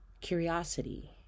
curiosity